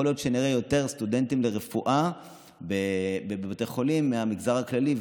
יכול להיות שנראה יותר סטודנטים לרפואה בבתי חולים מהמגזר הכללי,